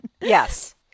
Yes